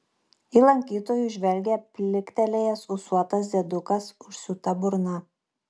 į lankytojus žvelgia pliktelėjęs ūsuotas diedukas užsiūta burna